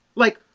like,